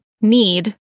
need